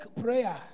prayer